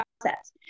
process